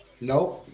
Nope